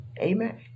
amen